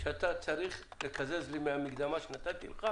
שאתה צריך לקזז לי מן המקדמה שנתתי לך